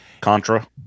Contra